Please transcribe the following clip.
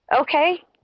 Okay